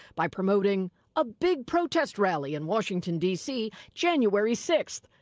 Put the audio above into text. by promoting a big-protest rally in washington, d c, january sixth.